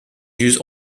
used